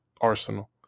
Arsenal